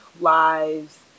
lives